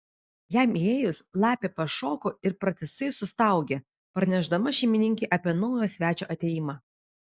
jam įėjus lapė pašoko ir pratisai sustaugė pranešdama šeimininkei apie naujo svečio atėjimą